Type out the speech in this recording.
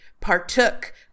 partook